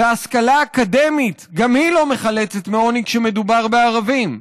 וההשכלה האקדמית גם היא לא מחלצת מעוני כשמדובר בערבים.